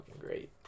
great